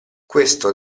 questo